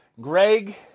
Greg